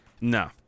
No